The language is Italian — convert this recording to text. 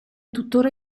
tuttora